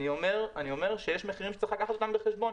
אני אומר שיש מחירים שצריך לקחת אותם בחשבון.